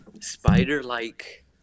spider-like